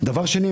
דבר שני,